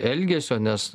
elgesio nes